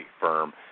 firm